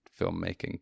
filmmaking